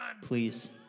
Please